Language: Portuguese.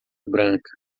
branca